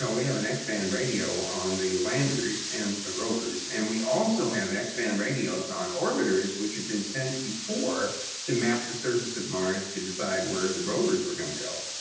ah we have an x band radio on the landers and the ah rovers, and we also have x band radios on orbiters which had been sent before to map the surface of mars to decide where the rovers were going to go.